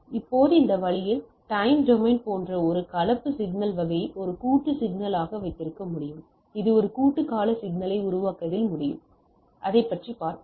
இப்போது இந்த வழியில் டைம் டொமைன் போன்ற ஒரு கலப்பு சிக்னல் வகையை ஒரு கூட்டு சிக்னல் ஆக வைத்திருக்க முடியும் இது ஒரு கூட்டு கால சிக்னலை உருவாக்குவதில் முடிவடையும் எனவே அதைப் பார்ப்போம்